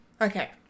okay